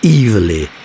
evilly